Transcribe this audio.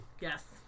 Yes